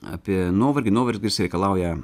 apie nuovargį nuovargis reikalauja